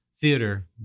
Theater